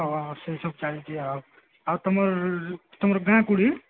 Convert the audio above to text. ହଁ ସେସବୁ ଚାଲିଛି ଆଉ ଆଉ ତୁମର ତୁମର ଗାଁ କୋଉଠି